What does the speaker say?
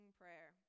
prayer